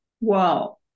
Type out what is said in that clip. Wow